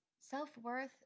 Self-worth